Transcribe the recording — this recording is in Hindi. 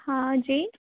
हाँ जी